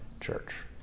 church